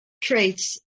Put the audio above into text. traits